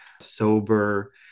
sober